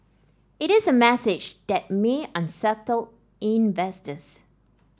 it is a message that may unsettle investors